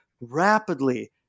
rapidly